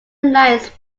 lions